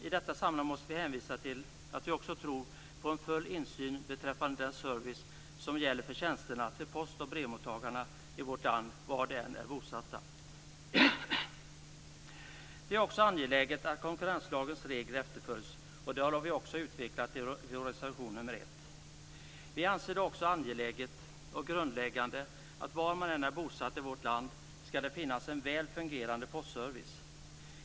I detta sammanhang måste vi hänvisa till att vi också tror på en full insyn beträffande den service som gäller för tjänsterna till post och brevmottagarna i vårt land, var de än är bosatta. Det är också angeläget att konkurrenslagens regler efterföljs, vilket vi har utvecklat i reservation 1. Vi anser också att det är angeläget och grundläggande att var man än är bosatt i vårt land skall det finnas en väl fungerande postservice.